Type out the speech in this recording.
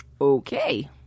Okay